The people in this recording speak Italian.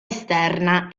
esterna